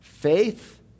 Faith